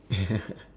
yeah